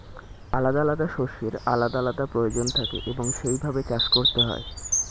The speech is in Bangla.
আলাদা আলাদা শস্যের আলাদা আলাদা প্রয়োজন থাকে এবং সেই ভাবে চাষ করতে হয়